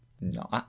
No